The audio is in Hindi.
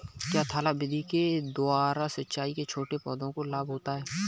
क्या थाला विधि के द्वारा सिंचाई से छोटे पौधों को लाभ होता है?